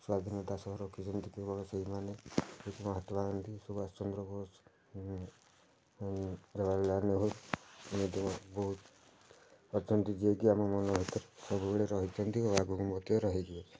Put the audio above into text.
ସ୍ଵାଧୀନତା ସହ ରଖିଛନ୍ତି କେବଳ ସେଇମାନେ ହେଉଛନ୍ତି ମହାତ୍ମା ଗାନ୍ଧୀ ସୁବାସ ଚନ୍ଦ୍ର ବୋଷ ଜବାହରଲାଲ ନେହେରୁ ଏଭଳି ବହୁତ ଅଛନ୍ତି ଯେ କି ଆମ ମନ ଭିତରେ ସବୁବେଳେ ରହିଛନ୍ତି ଓ ଆଗକୁ ମଧ୍ୟ ରହିବେ